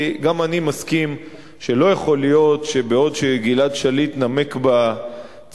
כי גם אני מסכים שבעוד שגלעד שליט נמק בצינוק,